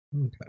Okay